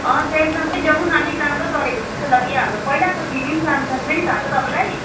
अँ सामसङकै ल्याउनु न अलिक राम्रो चलेको जस्तो लाग्यो हाम्रो पहिलाको टिभी पनि सामसङ थियो नि थाहा छ तपाईँलाई